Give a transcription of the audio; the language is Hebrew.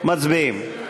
מצביעים.